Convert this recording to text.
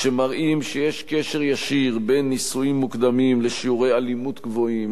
שמראים שיש קשר ישיר בין נישואים מוקדמים לשיעורי אלימות גבוהים,